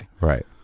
Right